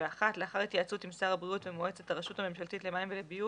לאחר התייעצות עם שר הבריאות ומועצת הרשות הממשלתית למים ולביוב,